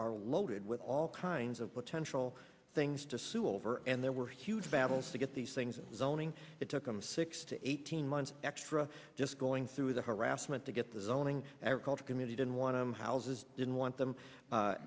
are loaded with all kinds of potential things to sue over and there were huge battles to get these things zoning it took them six to eighteen months extra just going through the harassment to get the zoning every culture committee didn't want to houses didn't want them